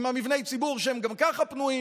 עם מבני הציבור, שגם ככה הם פנויים,